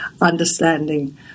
understanding